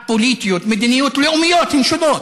הפוליטיות, המדיניות, הלאומיות, הן שונות.